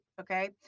Okay